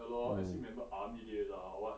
ya lor I still rememeber army days ah what